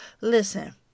Listen